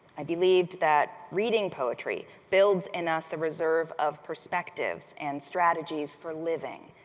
i believed that reading poetry builds in us a reserve of perspectives and strategies for living.